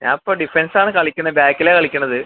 ഞാൻ ഇപ്പോൾ ഡിഫെൻസ് ആണ് കളിക്കുന്നത് ബാക്കിലാണ് കളിക്കുന്നത്